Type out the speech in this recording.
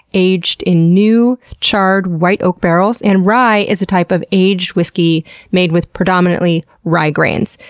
aged in new charred white oak barrels. and rye is a type of aged whisky made with predominantly rye grains.